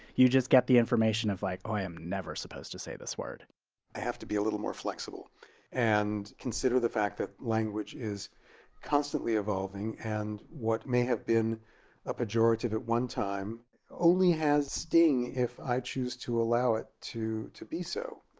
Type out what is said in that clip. you just get the information of like, oh, i am never supposed to say this word i have to be a little more flexible and consider the fact that language is constantly evolving, and what may have been a pejorative at one time only has a sting if i choose to allow it to to be so.